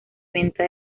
venta